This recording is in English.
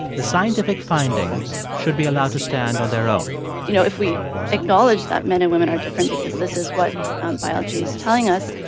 the scientific findings should be allowed to stand on their own you know, if we acknowledge that men and women are different because this is what biology is telling us,